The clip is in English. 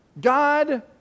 God